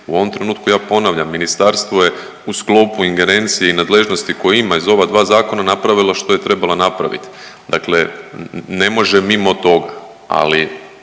u ovom trenutku ja ponavljam, ministarstvo je u sklopu ingerencije i nadležnosti koje ima iz ova dva zakona napravila što je trebala napravit, dakle ne može mimo tog, ali